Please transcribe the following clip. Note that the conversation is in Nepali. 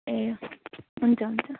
ए हुन्छ हुन्छ